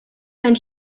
and